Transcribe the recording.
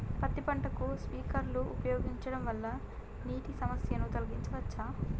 పత్తి పంటకు స్ప్రింక్లర్లు ఉపయోగించడం వల్ల నీటి సమస్యను తొలగించవచ్చా?